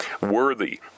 worthy